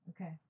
Okay